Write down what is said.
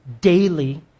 daily